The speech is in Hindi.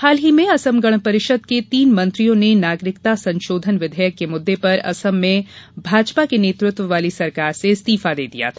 हाल ही में असम गण परिषद के तीन मंत्रियों ने नागरिकता संशोधन विधेयक के मुद्दे पर असम में भाजपा के नेतृत्व वाली सरकार से इस्तीफा दे दिया था